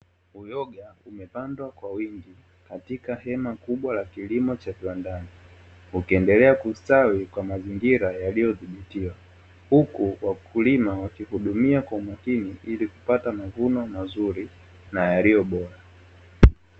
Uyoga umepandwa kwa wingi katika hema kubwa la kilimo cha viwandani, ukiendelea kustawi kwa mazingira yaliyodhibitiwa. Huku wakulima wakihudumia kwa umakini, ili kupata mavuno mazuri na yaliyo bora.